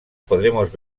podremos